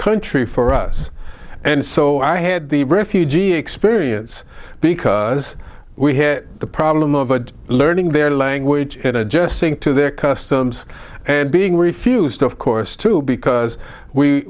country for us and so i had the refugee experience because we had the problem of learning their language and adjusting to their customs and being refused of course to because we